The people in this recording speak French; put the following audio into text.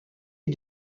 est